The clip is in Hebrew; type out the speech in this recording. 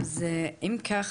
אז אם כך,